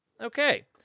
okay